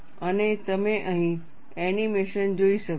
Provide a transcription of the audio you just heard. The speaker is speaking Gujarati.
અને તમે અહીં એનિમેશન જોઈ શકો છો